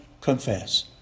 confess